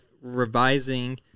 revising